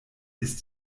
ist